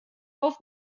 auf